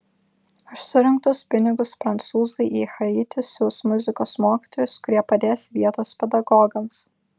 už surinktus pinigus prancūzai į haitį siųs muzikos mokytojus kurie padės vietos pedagogams